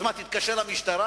אז מה, תתקשר למשטרה?